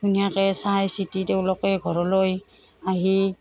ধুনীয়াকৈ চাই চিটি তেওঁলোকে ঘৰলৈ আহি